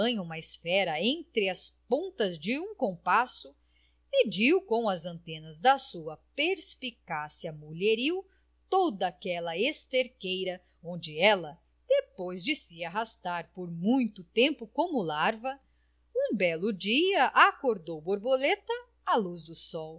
apanha uma esfera entre as pontas de um compasso mediu com as antenas da sua perspicácia mulheril toda aquela esterqueira onde ela depois de se arrastar por muito tempo como larva um belo dia acordou borboleta à luz do sol